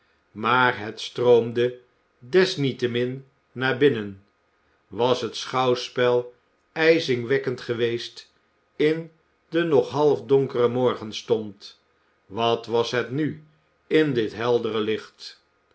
maar het stroomde desniettemin naar binnen was het schouwspel ijzingwekkend geweest in den nog halfdonkeren morgenstond wat was het nu in dit heldere licht